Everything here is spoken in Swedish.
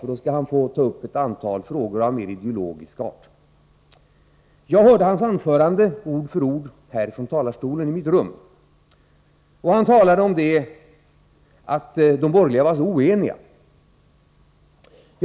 Han skall då få ta upp ett antal frågor av mer ideologisk art. Jag hörde i mitt rum socialministerns anförande, ord för ord, härifrån talarstolen. Han talade om att de borgerliga är så oeniga.